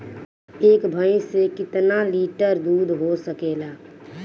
एक भइस से कितना लिटर दूध हो सकेला?